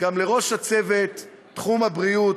לראש צוות תחום הבריאות,